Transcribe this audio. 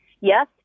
yes